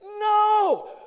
No